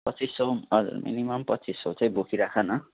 पच्चिस सौ हजुर मिनिमम पच्चिस सौ चाहिँ बोकिराख न